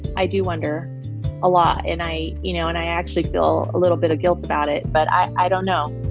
i do wonder a lot. and i you know, and i actually feel a little bit of guilt about it, but i i don't know